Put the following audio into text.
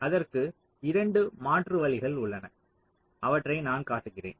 அதற்கு 2 மாற்று வழிகள் உள்ளன அவற்றை நான் காட்டுகிறேன்